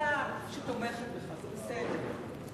גדולה שתומכת בך, זה בסדר.